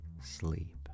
sleep